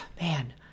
man